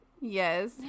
Yes